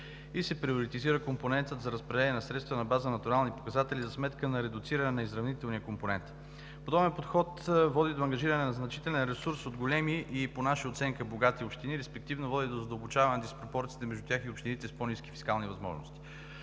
и се приоритизира компонентът за разпределение на средствата на база натурални показатели за сметка на редуциране на изравнителния компонент. Подобен подход води до ангажиране на значителен ресурс от големи и по наша оценка богати общини, респективно води до задълбочаване на диспропорциите между тях и общините с по-ниски фискални възможности.